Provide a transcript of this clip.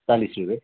चालिस रुपियाँ